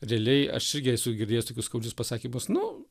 realiai aš irgi esu girdėjęs tokius skaudžius pasakymus nu